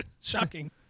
Shocking